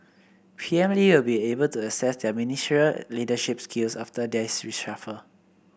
P M Lee will be able to assess their ministerial leadership skills after this reshuffle